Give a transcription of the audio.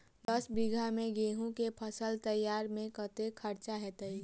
दस बीघा मे गेंहूँ केँ फसल तैयार मे कतेक खर्चा हेतइ?